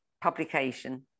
publication